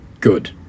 Good